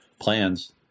plans